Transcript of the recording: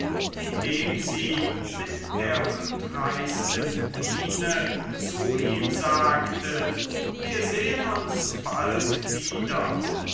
indem sie mit der huldreichsten miene zu ihm sagte wir sehen uns bald wieder